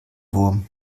wurm